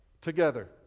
together